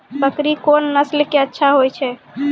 बकरी कोन नस्ल के अच्छा होय छै?